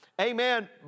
amen